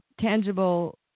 tangible